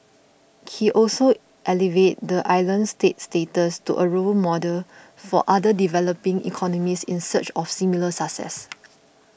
he also elevated the island state's status to a role model for other developing economies in search of similar success